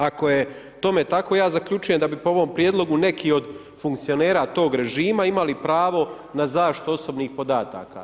Ako je tome tako, ja zaključujem da bi po ovom prijedlogu neki od funkcionera tog režima imali pravo na zaštitu osobnih podataka.